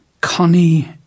Connie